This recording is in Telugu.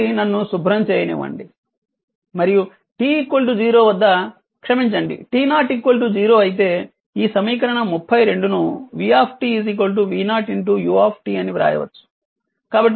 కాబట్టి నన్ను శుభ్రం చేయనివ్వండి మరియు t 0 వద్ద క్షమించండి t0 0 అయితే ఈ సమీకరణం 32 ను v v0 u అని వ్రాయవచ్చు